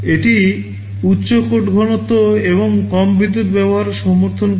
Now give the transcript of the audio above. এটি উচ্চ কোড ঘনত্ব এবং কম বিদ্যুত ব্যবহার সমর্থন করে